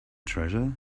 treasure